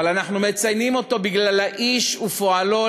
אבל אנחנו מציינים אותו בגלל האיש ופועלו,